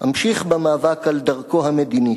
אמשיך במאבק על דרכו המדינית.